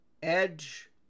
Edge